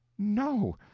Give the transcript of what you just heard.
no.